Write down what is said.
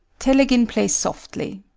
telegin plays softly.